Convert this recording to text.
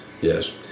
Yes